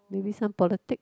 maybe some politic